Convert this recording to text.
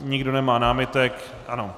Nikdo nemá námitek, ano.